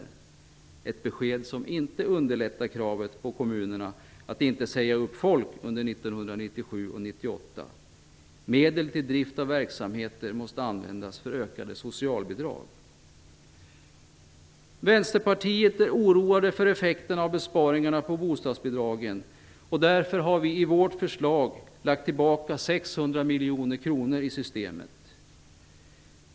Det är ett besked som inte underlättar för kommunerna i fråga om kravet att inte säga upp folk under Vänsterpartiet är oroat över effekterna av besparingarna på bostadsbidragen. Därför har vi i vårt förslag lagt tillbaka 600 miljoner kronor i systemet.